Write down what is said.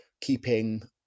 keeping